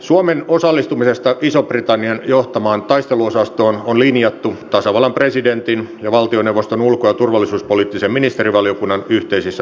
suomen osallistumisesta ison britannian johtamaan taisteluosastoon on linjattu tasavallan presidentin ja valtioneuvoston ulko ja turvallisuuspoliittisen ministerivaliokunnan yhteisissä kokouksissa